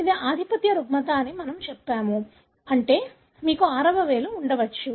ఇది ఆధిపత్య రుగ్మత అని మేము చెప్పాము అంటే మీకు ఆరవ వేలు ఉండవచ్చు